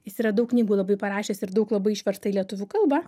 jis yra daug knygų labai parašęs ir daug labai išversta į lietuvių kalbą